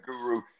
guru